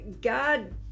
God